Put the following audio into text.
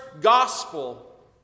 gospel